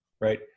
right